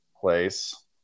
place